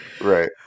Right